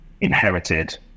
inherited